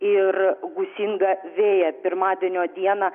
ir gūsingą vėją pirmadienio dieną